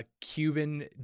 Cuban